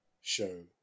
show